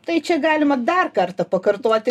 tai čia galima dar kartą pakartoti